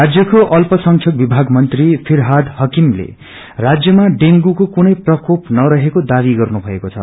राज्यको अल्प संख्यक विभााग मीत्री फिरहाद हाकिमले राज्यमा डेंगूको कुनै प्रकोप नरहेको दावी गर्नुभएको छ